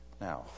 Now